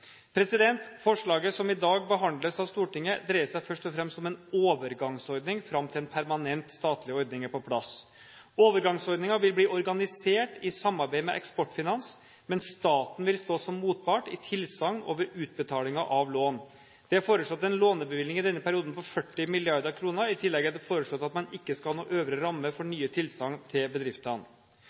Forslaget som i dag behandles av Stortinget, dreier seg først og fremst om en overgangsordning fram til en permanent statlig ordning er på plass. Overgangsordningen vil bli organisert i samarbeid med Eksportfinans, men staten vil stå som motpart i tilsagn og ved utbetalinger av lån. Det er foreslått en lånebevilgning i denne perioden på 40 mrd. kr. I tillegg er det foreslått at man ikke skal ha noen øvre ramme for nye tilsagn til bedriftene.